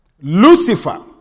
Lucifer